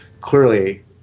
clearly